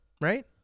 right